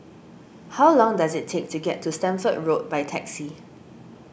how long does it take to get to Stamford Road by taxi